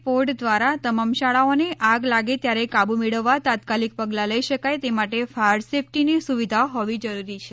પોઢ દ્રારા તમામ શાળાઓને આગ લાગે ત્યારે કાબૂ મેળવવા તાત્કાલિક પગલાં લઈ શકાય તેમાટે ફાયર સેફટીની સુવિધા હોવી જરૂરી છે